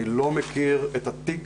אני לא מכיר את התיק.